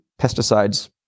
pesticides